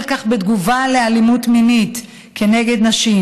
כך בתגובה על אלימות מינית כנגד נשים,